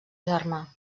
germà